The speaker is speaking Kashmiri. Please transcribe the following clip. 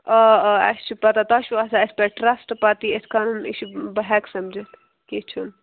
آ آ اَسہِ چھُ پتاہ تۄہہِ چھُو آسان اَسہِ پیٚٹھ ٹرٛسٹہٕ پتہٕ یہِ یِتھٕ کٔنۍ چھُ بہٕ ہیٚکہٕ سمجِتھ کیٚنٛہہ چھُنہٕ